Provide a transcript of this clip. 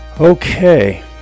Okay